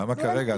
למה כרגע?